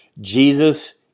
Jesus